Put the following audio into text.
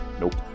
nope